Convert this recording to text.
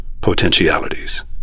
potentialities